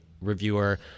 reviewer